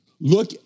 look